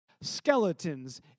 skeletons